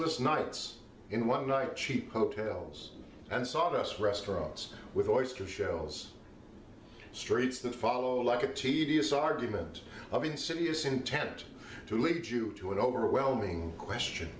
restless nights in one night cheap hotels and sought us restaurants with oyster shells streets that follow like a tedious argument of insidious intent to lead you to an overwhelming question